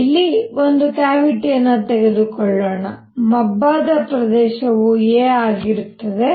ಇಲ್ಲಿ ಒಂದು ಕ್ಯಾವಿಟಿಯನ್ನು ತೆಗೆದುಕೊಳ್ಳೋಣ ಮಬ್ಬಾದ ಪ್ರದೇಶವು a ಆಗಿರುತ್ತದೆ